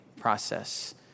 process